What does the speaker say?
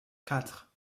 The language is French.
quatre